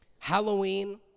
Halloween